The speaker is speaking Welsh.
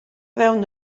fewn